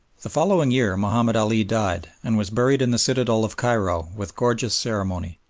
the following year mahomed ali died, and was buried in the citadel of cairo with gorgeous ceremony.